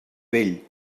vell